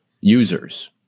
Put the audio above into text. users